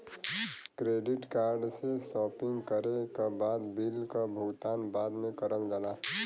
credit card से shopping करे के बाद बिल क भुगतान बाद में करल जाला